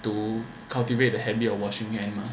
to cultivate the habit of washing hands mah